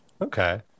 okay